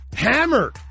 Hammer